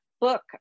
book